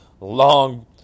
long